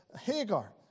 Hagar